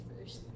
first